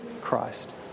Christ